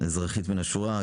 אזרחית מן השורה.